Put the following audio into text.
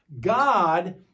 God